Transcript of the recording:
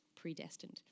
predestined